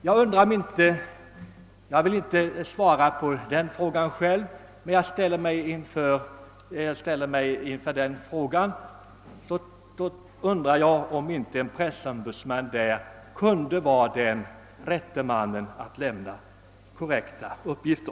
Jag vill inte svara på denna fråga själv, men när jag ställer mig frågan undrar jag om inte en pressombudsman i ett sådant fall kunde vara den rätte mannen att komma med tillrättaläggande uppgifter.